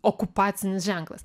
okupacinis ženklas